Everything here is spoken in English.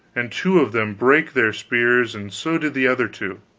and two of them brake their spears, and so did the other two.